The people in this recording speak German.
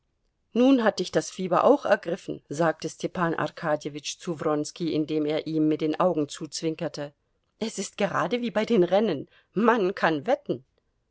nun hat dich das fieber auch ergriffen sagte stepan arkadjewitsch zu wronski indem er ihm mit den augen zuzwinkerte es ist gerade wie bei den rennen man kann wetten